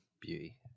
Beauty